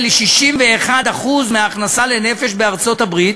היא 61% מההכנסה לנפש בארצות-הברית,